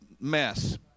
mess